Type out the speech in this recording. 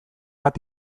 bat